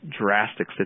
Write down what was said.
drastic